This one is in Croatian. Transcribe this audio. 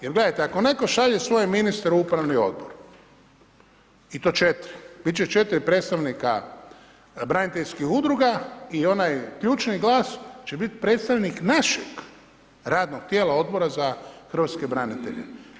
Jer gledajte, ako netko šalje svoje ministre u upravni odbor i to četiri, biti će 4 predstavnika braniteljskih udruga i onaj ključni glas će biti predstavnik našeg radnog tijela odbora za hrvatske branitelje.